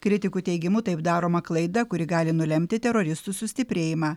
kritikų teigimu taip daroma klaida kuri gali nulemti teroristų sustiprėjimą